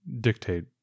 dictate